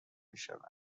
میشوند